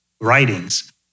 writings